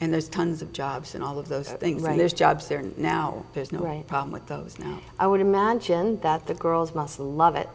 and there's tons of jobs and all of those things where there's jobs there and now there's no a problem with those i would imagine that the girls must love it